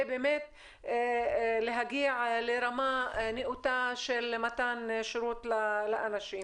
באמת להגיע לרמה נאותה של מתן שירות לאנשים.